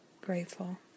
grateful